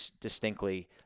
distinctly